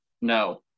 no